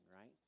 right